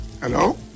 Hello